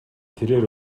тэрээр